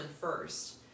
first